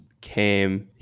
came